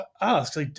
ask